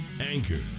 Anchor